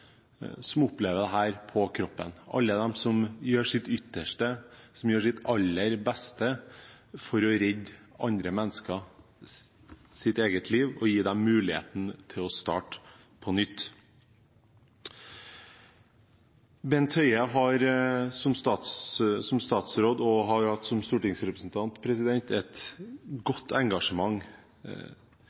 som opplever dette på kroppen, alle de som gjør sitt ytterste, som gjør sitt aller beste for å redde andre menneskers liv og gi dem muligheten til å starte på nytt. Bent Høie har som statsråd, og hadde som stortingsrepresentant, et godt engasjement.